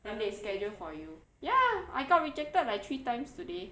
then they schedule for you ya I got rejected like three times today